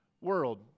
World